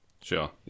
sure